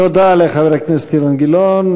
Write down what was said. תודה לחבר הכנסת אילן גילאון.